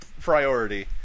priority